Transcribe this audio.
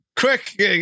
Quick